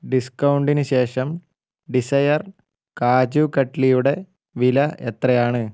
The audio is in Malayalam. ഡിസ്കൗണ്ടിന് ശേഷം ഡിസയർ കാജു കട്ലിയുടെ വില എത്രയാണ്